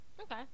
Okay